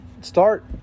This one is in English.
start